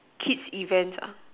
kids events ah